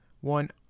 one